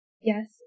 Yes